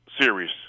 series